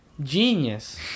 Genius